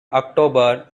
october